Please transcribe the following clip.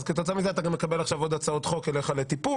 אז כתוצאה מזה אתה גם מקבל עכשיו עוד הצעות חוק אליך לטיפול.